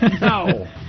No